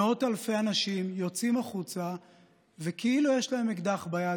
מאות אלפי אנשים יוצאים החוצה וכאילו יש להם אקדח ביד,